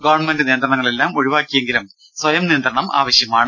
government നിയന്ത്രണങ്ങളെല്ലാം ഒഴിവാക്കിയെങ്കിലും സ്വയം നിയന്ത്രണം അത്യാവശ്യമാണ്